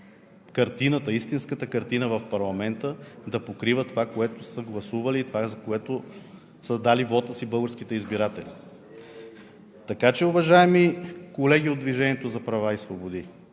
истинската картина в парламента да покрива това, за което са гласували, и това, за което са дали вота си българските избиратели. Така че, уважаеми колеги от „Движението за права и свободи“,